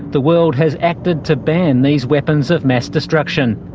the world has acted to ban these weapons of mass destruction.